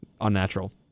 unnatural